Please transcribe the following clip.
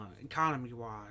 economy-wise